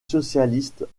socialiste